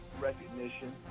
recognition